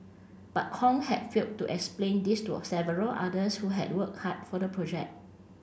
but Kong had failed to explain this to a several others who had worked hard for the project